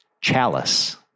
chalice